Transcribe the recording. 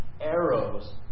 arrows